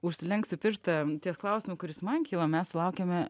užsilenksiu pirštą ties klausimu kuris man kyla mes sulaukėme